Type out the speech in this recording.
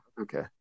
Okay